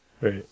Right